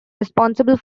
responsible